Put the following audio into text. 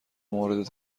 مورد